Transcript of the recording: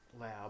Lab